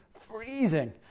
freezing